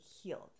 healed